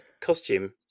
costume